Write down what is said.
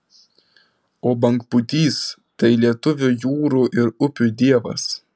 o bangpūtys tai lietuvių jūrų ir upių dievas